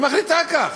היא מחליטה כך.